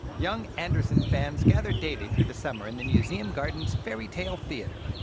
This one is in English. young andersen fans gather daily through the summer in the museum garden's fairy tale theater.